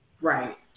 right